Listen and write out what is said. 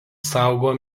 saugo